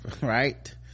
Right